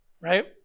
Right